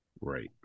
Right